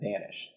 vanished